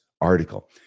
article